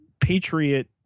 patriot